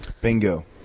bingo